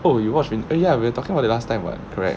oh you watch alrea~ oh ya we're talking about it last time what correct